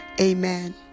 Amen